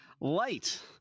Light